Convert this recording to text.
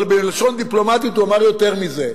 אבל בלשון דיפלומטית הוא אמר יותר מזה.